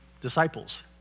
disciples